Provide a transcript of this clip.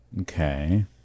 Okay